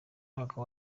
umwaka